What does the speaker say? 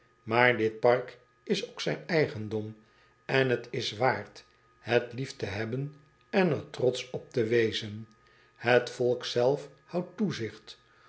aar dit park is ook zijn eigendom en het is waard het lief te hebben en er trotsch op te wezen et volk zelf houdt toezigt